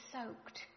soaked